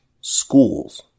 schools